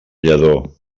lladó